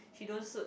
she don't suit